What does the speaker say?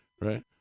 right